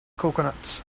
coconuts